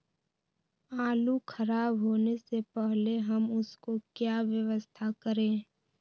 आलू खराब होने से पहले हम उसको क्या व्यवस्था करें?